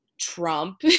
trump